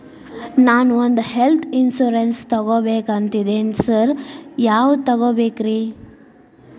ನಾನ್ ಒಂದ್ health insurance ತಗಬೇಕಂತಿದೇನಿ sir ಯಾವದ ತಗಬೇಕ್ರಿ?